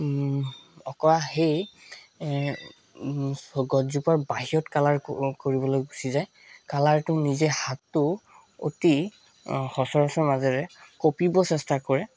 অঁকা সেই গছজোপাৰ বাহিৰত কালাৰ ক কৰিবলৈ গুচি যায় কালাৰটো নিজে হাতটো অতি সচৰাচৰ মাজেৰে কপিব চেষ্টা কৰে